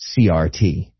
CRT